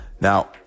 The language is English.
Now